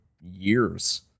years